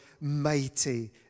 mighty